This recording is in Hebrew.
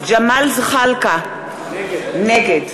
נגד ג'מאל זחאלקה, נגד